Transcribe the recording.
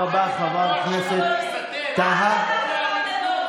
חבר הכנסת טאהא,